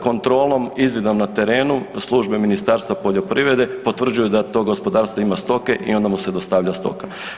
Kontrolom izvida na terenu službe Ministarstva poljoprivrede potvrđuju da to gospodarstvo ima stoke i onda mu se dostavlja stoka.